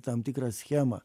tam tikrą schemą